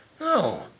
No